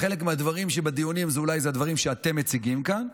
חלק מהדברים שבדיונים הם אולי הדברים שאתם מציגים כאן,